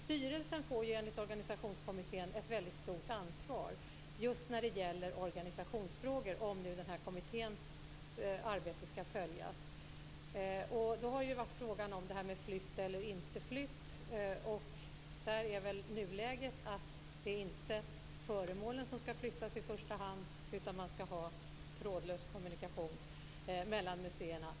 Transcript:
Styrelsen får enligt organisationskommittén ett väldigt stort ansvar just när det gäller organisationsfrågor, om nu kommittén förslag skall följas. Det har varit fråga om flytt eller inte flytt. Där är väl nuläget att det i första hand inte är föremålen som skall flyttas, utan man skall ha trådlös kommunikation mellan museerna.